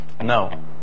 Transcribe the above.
No